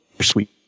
sweet